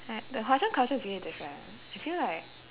like the hwa chong culture is really different I feel like